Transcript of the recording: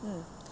mm